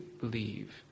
believe